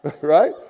right